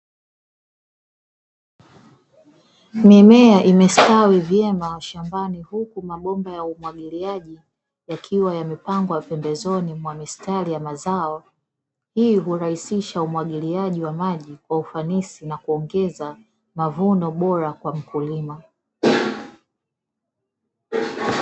Mimea imestawi vyema shambani, huku mabomba ya umwagiliaji yakiwa yamepangwa pembezoni mwa mistari ya mazao. Hii hurahisisha umwagiliaji wa maji kwa ufanisi na kuongeza mavuno bora kwa mkulima.